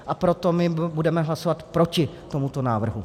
A proto my budeme hlasovat proti tomuto návrhu.